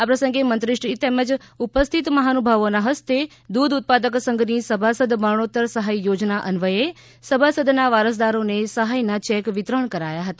આ પ્રસંગે મંત્રીશ્રી તેમજ ઉપસ્થિત મહાનુભાવોના હસ્તેદુધ ઉત્પાદક સંઘની સભાસદ મરણોત્તર સહાય યોજના અન્વયે સભાસદના વારસદારને સહાયના ચેક વિતરણ કરાયા હતા